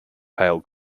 pale